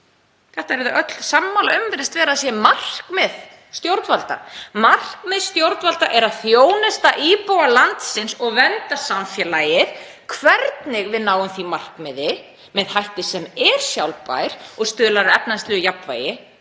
Þetta eru þau öll sammála um, virðist vera, að sé markmið stjórnvalda. Markmið stjórnvalda er að þjónusta íbúa landsins og vernda samfélagið. Hvernig við náum því markmiði, með hætti sem er sjálfbær og stuðlar að efnahagslegu jafnvægi,